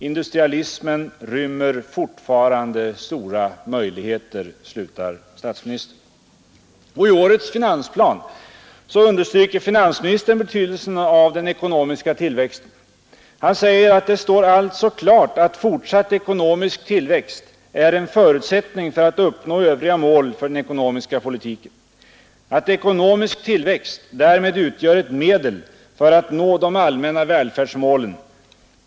Industrialismen rymmer fortfarande stora möjligheter.” I årets finansplan understryker finansministern betydelsen av den ekonomiska tillväxten. Han säger: ”Det står alltså klart att fortsatt ekonomisk tillväxt är en förutsättning för att uppnå övriga mål för den ekonomiska politiken — och att ekonomisk tillväxt därmed utgör ett medel att nå de allmänna välfärdsmålen.